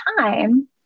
time